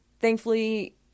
Thankfully